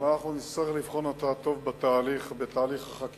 אבל אנחנו נצטרך לבחון אותה טוב בתהליך החקיקה.